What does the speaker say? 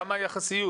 מה היחס?